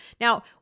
Now